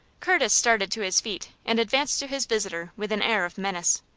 curtis started to his feet, and advanced to his visitor with an air of menace.